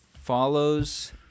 follows